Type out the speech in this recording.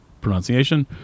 pronunciation